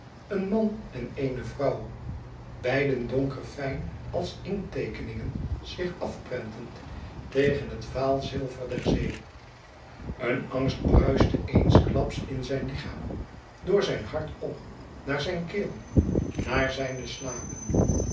een man en eene vrouw beiden donker fijn als inktteekeningen zich afprentend tegen het vaalzilver der zee een angst bruiste eensklaps in zijn lichaam door zijn hart p naar zijn keel naar zijne slapen